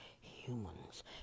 humans